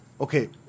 okay